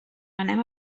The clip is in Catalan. anem